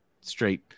straight